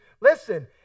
listen